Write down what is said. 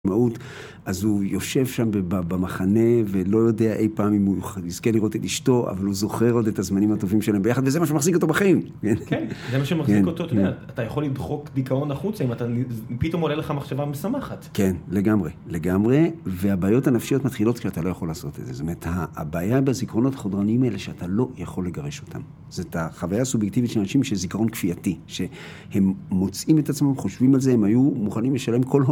אז הוא יושב שם במחנה ולא יודע אי פעם אם הוא יזכה לראות את אשתו אבל הוא זוכר עוד את הזמנים הטובים שלהם ביחד וזה מה שמחזיק אותו בחיים. כן זה מה שמחזיק אותו אתה יכול לדחוק דיכאון החוצה אם פתאום עולה לך מחשבה משמחת. כן לגמרי לגמרי, והבעיות הנפשיות מתחילות כשאתה לא יכול לעשות את זה. זאת אומרת הבעיה בזיכרונות החודרניים האלה שאתה לא יכול לגרש אותם. זאת החוויה הסובייקטיבית של אנשים שזיכרון כפייתי שהם מוצאים את עצמם חושבים על זה הם היו מוכנים לשלם כל הון